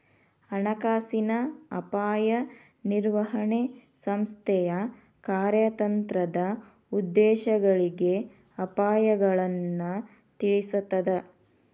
ಹಣಕಾಸಿನ ಅಪಾಯ ನಿರ್ವಹಣೆ ಸಂಸ್ಥೆಯ ಕಾರ್ಯತಂತ್ರದ ಉದ್ದೇಶಗಳಿಗೆ ಅಪಾಯಗಳನ್ನ ತಿಳಿಸ್ತದ